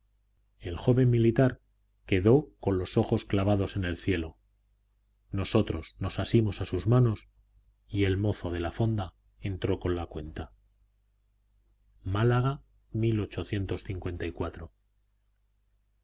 el joven militar quedó con los ojos clavados en el cielo nosotros nos asimos a sus manos y el mozo de la fonda entró con la cuenta málaga